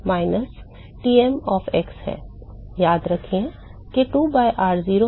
तो यह Ts of x minus T m of x है